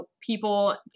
people